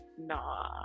nah